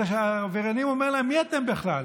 אז העבריינים אומרים להם: מי אתם בכלל?